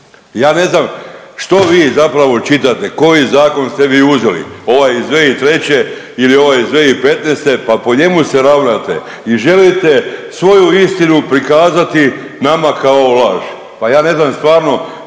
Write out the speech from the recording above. Ja ne znam što vi zapravo čitate, koji zakon ste vi uzeli, ovaj iz 2003. ili ovaj iz 2015., pa po njemu se ravnate i želite svoju istinu prikazati nama kao laž, pa ja ne znam stvarno